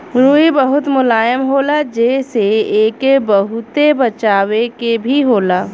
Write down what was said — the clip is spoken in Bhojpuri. रुई बहुत मुलायम होला जेसे एके बहुते बचावे के भी होला